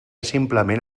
simplement